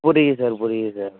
புரியுது சார் புரியுது சார்